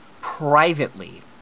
privately